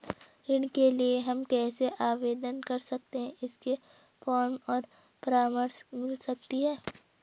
ऋण के लिए हम कैसे आवेदन कर सकते हैं इसके फॉर्म और परामर्श मिल सकती है?